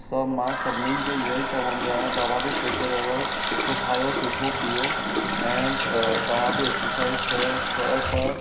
सभु मां सभिनीनि खे इयो ई चवंदो आहियां तव्हां बि फिट रहियो सुठो खायो सुठो पियो ऐं तव्हां बि एक्सरसाइज कयो छो त